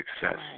success